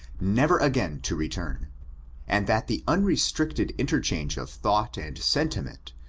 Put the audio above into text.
never again to return and that the unrestricted interchange of thought and sentiment,